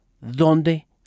dónde